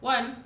One